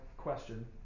Question